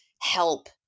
help